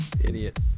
idiot